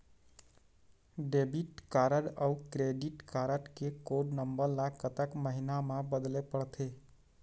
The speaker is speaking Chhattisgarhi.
डेबिट कारड अऊ क्रेडिट कारड के कोड नंबर ला कतक महीना मा बदले पड़थे?